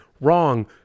wrong